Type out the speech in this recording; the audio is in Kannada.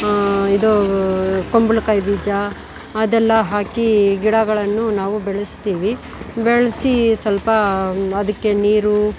ಇದು ಕುಂಬಳಕಾಯಿ ಬೀಜ ಅದೆಲ್ಲ ಹಾಕಿ ಗಿಡಗಳನ್ನು ನಾವು ಬೆಳೆಸ್ತೀವಿ ಬೆಳೆಸಿ ಸ್ವಲ್ಪ ಅದಕ್ಕೆ ನೀರು